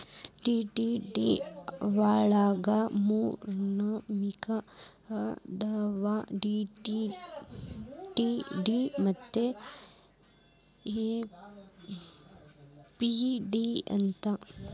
DD ವಳಗ ಮೂರ್ನಮ್ನಿ ಅದಾವು ಡಿ.ಡಿ, ಟಿ.ಡಿ ಮತ್ತ ಎಫ್.ಡಿ ಅಂತ್